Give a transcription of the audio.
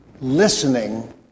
Listening